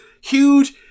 huge